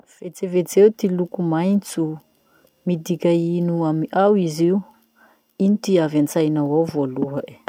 Vetsivetseo ty loko manga mazava. Midika ino amy ao izy io? Ino ty avy antsainao ao voaloha e?